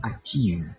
achieve